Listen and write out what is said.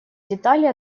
детали